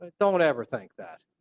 don't ever think that.